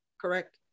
Correct